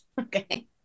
Okay